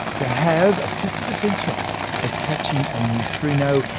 to have a fifty per cent chance of catching a neutrino,